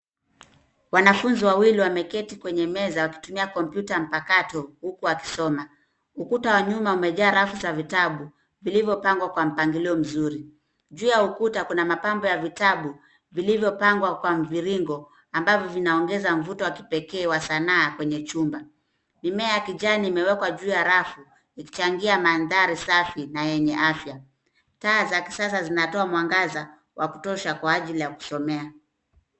Wanafunzi wawili wameketi kwenye meza wakitunia kompyuta mpakato huku wakisoma. Ukuta wa nyuma umeja rafu za vitabu vilivyo pangwa kwa mpangilo mzuri. Juu ya ukuta kuna mapambo ya vitabu vilivyo pangwa kwa mviringo ambavyo vinaongeza mvuto wa kipekee wa sanaa kwenye chumba. Mimea kijani imewekwa juu ya rafu, ikichangia mandhari safi na yenye afya. Taa za kisasa zinatoa mwangaza wakutosha kwa ajili kusomea.